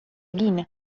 egin